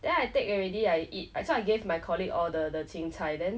then I take already I eat so I gave my colleague all the the 青菜 then